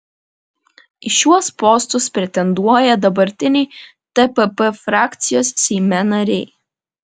į šiuos postus pretenduoja dabartiniai tpp frakcijos seime nariai